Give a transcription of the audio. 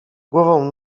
głową